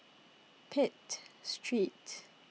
Pitt Streets